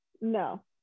no